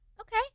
Okay